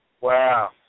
Wow